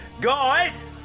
Guys